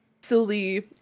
silly